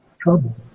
trouble